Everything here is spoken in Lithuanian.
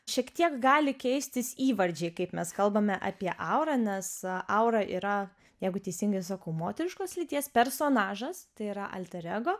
šiek tiek gali keistis įvardžiai kaip mes kalbame apie aurą nes aura yra jeigu teisingai sakau moteriškos lyties personažas tai yra alter ego